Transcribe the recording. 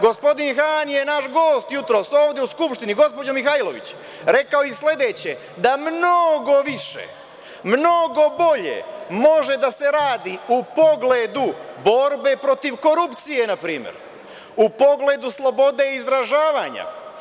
Gospodin Han je, naš gost jutros ovde u Skupštini, gospođo Mihajlović, rekao i sledeće – da mnogo više, mnogo bolje može da se radi u pogledu borbe protiv korupcije, na primer, u pogledu slobode izražavanja.